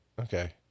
Okay